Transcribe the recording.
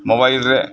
mobile ᱨᱮ